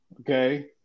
Okay